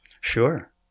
Sure